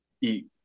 eat